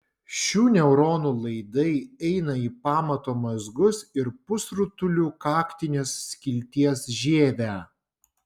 šių neuronų laidai eina į pamato mazgus ir pusrutulių kaktinės skilties žievę